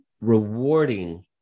rewarding